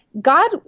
God